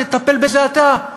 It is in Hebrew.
תטפל בזה אתה,